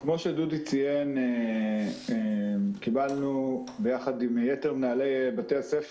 כמו שדודי ציין קיבלנו יחד עם יתר מנהלי בתי הספר